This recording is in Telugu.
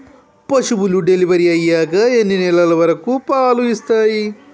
పశువులు డెలివరీ అయ్యాక ఎన్ని నెలల వరకు పాలు ఇస్తాయి?